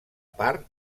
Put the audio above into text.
part